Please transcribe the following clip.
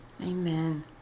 Amen